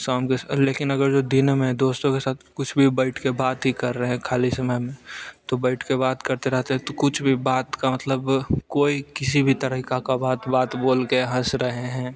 शाम के समय लेकिन अगर दिन में अगर दोस्तों के साथ कुछ भी बैठ कर बात ही कर रहे हैं ख़ाली समय तो बैठ कर बात करते रहते हैं तो कुछ भी बात का मतलब कोई किसी भी तरीक़े की बात बात बोल कर हँस रहे हैं